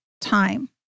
time